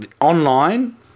online